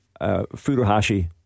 Furuhashi